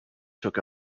took